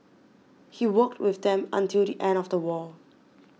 he worked with them until the end of the war